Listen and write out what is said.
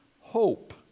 hope